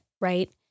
right